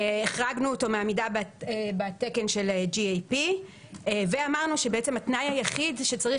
החרגנו אותו מעמידה בתקן של GAP ואמרנו שבעצם התנאי היחיד שצריך